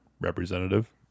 representative